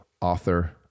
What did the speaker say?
author